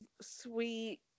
sweet